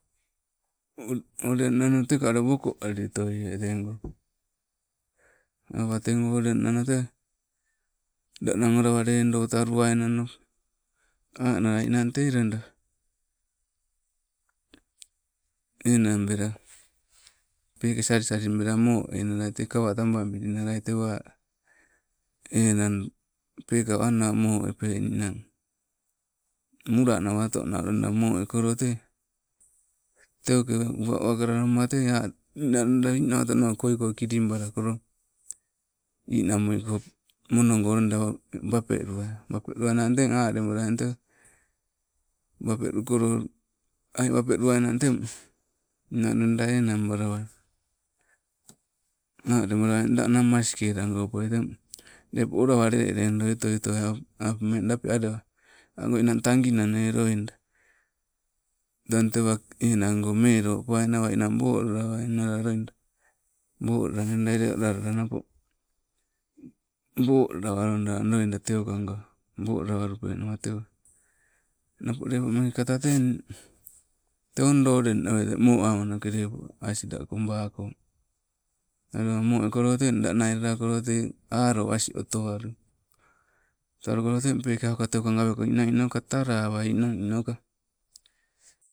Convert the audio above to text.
Oleng nano teka ule woko alitoie tego, awa teno oleng nano tee, la nang olowa ledotaluwanano, anala niinang tei loida. Enang bela peeke sali saling bela moo einala te kawa tababilinnai tete tewaa, tee enang peekau annau mo epe ninang, mula nawato nau loida mo ekolo te, teu ke uwakalalama tee, ninang loida ninawatono koiko kilibalakolo, nii namuliko, monongo loida, wapeluwai. Wapeluwainang teng alenuwai la eng tee, wapeluloko aii wapelu wainang teng, ninang loida enang balawai, alebalawai danang, maskelago poi, teng lepo olowa leledui otoitoai apema, eng api alewa ango enna taginane loida, tang tewa enango melo poawai nawa nii nang la wolala wainnaloida. Bolanda ele o, lalala napo, bolalawaloda teukango woo lalawalupe nawa tewa, napo lepo meeke kata, te o, ndoo oleng nawete mo amanoke, leppo asila kobako, alewa mo ekolo teng, la nailala kolo te, alo asing oto alui, tewa galukolo teng pekauka aukateuka gaweko nna niinoka talawai, niinoka